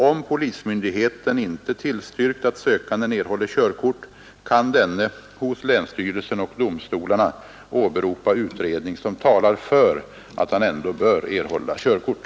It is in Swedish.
Om polismyndigheten inte tillstyrkt att sökanden erhåller körkort, kan denne hos länsstyrelsen och domstolarna åberopa utredning som talar för att han ändå bör erhålla körkort.